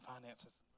finances